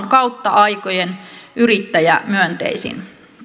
kautta aikojen yrittäjämyönteisin